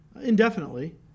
indefinitely